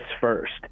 first